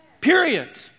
Period